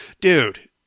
Dude